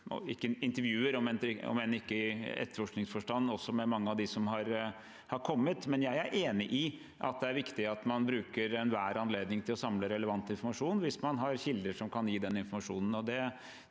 og intervjuer – om enn ikke i etterforskningsforstand – med mange av dem som har kommet. Jeg er enig i at det er viktig at man bruker enhver anledning til å samle relevant informasjon hvis man har kilder som kan gi den informasjonen,